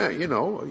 ah you know,